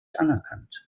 anerkannt